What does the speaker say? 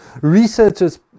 researchers